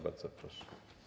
Bardzo proszę.